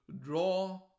draw